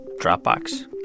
Dropbox